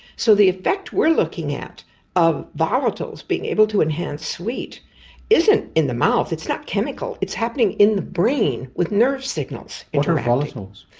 so the effect we're looking at of volatiles being able to enhance sweet isn't in the mouth, it's not chemical, it's happening in the brain with nerve signals. what are volatiles?